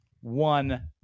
one